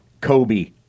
Kobe